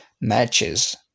matches